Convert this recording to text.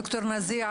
ד"ר נזיה,